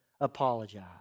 apologize